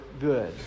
good